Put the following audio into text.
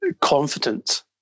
confident